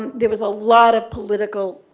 there was a lot of political